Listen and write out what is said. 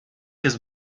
his